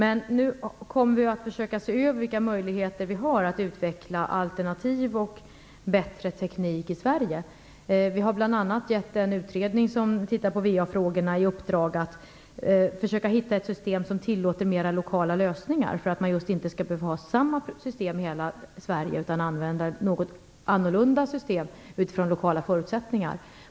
Vi kommer nu att försöka se över vilka möjligheter vi har att utveckla alternativ och bättre teknik i Sverige. Vi har bl.a. givit den utredning som tittar på VA-frågorna i uppdrag att försöka hitta ett system som tillåter mera lokala lösningar för att man just inte skall behöva ha samma system i hela Sverige utan kunna använda olika system utifrån lokala förutsättningar.